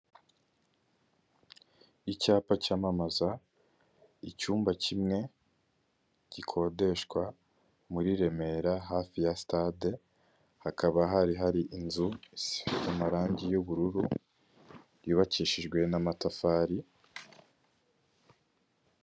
Icyapa cyamamaza icyumba kimwe gikodeshwa, muri Remera hafi ya sitade, hakaba hari hari inzu isize amarangi y'ubururu, yubakishijwe n'amatafari.